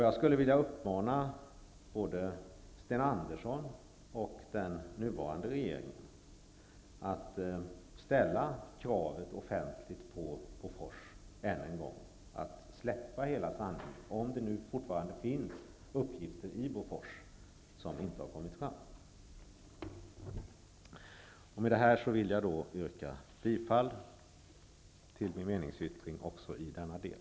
Jag vill uppmana Sten Andersson och den nuvarande regeringen att än en gång offentligt ställa kravet att släppa fram hela sanningen, om det nu fortfarande finns uppgifter i Bofors som inte har kommit fram. Med det sagda vill jag yrka bifall till min meningsyttring också i denna del.